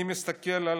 אני מסתכל על